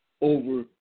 over